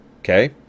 Okay